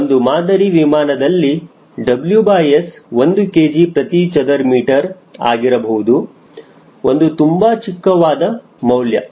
ಒಂದು ಮಾದರಿ ವಿಮಾನದಲ್ಲಿ WS 1 kgm2 ಆಗಿರಬಹುದು ಇದು ತುಂಬಾ ಚಿಕ್ಕವಾದ ಮೌಲ್ಯ